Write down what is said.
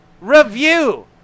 review